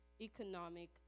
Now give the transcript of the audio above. Economic